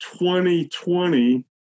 2020